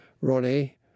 Ronnie